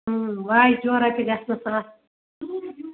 واجہِ جورہ تہِ گژھ نس آسٕنۍ